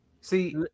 See